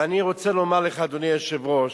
ואני רוצה לומר לך, אדוני היושב-ראש,